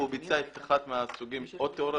את הענף הזה בנו יזמים שראו בזה חשיבות,